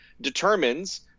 determines